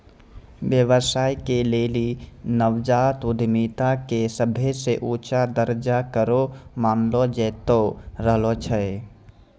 व्यवसाय के लेली नवजात उद्यमिता के सभे से ऊंचा दरजा करो मानलो जैतो रहलो छै